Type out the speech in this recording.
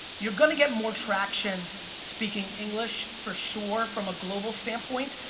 you're gonna get more traction speaking english for sure from a global standpoint,